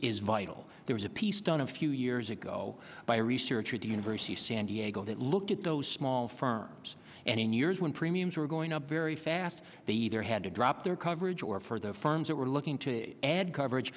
is vital there was a piece done a few years ago by a researcher at the university of san diego that looked at those small firms and in years when premiums were going up very fast they either had to drop their coverage or for the firms that were looking to add coverage